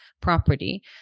property